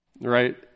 right